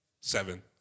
seven